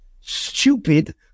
stupid